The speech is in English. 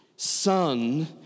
Son